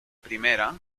primera